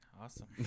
Awesome